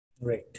Right